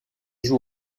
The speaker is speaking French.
joue